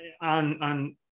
on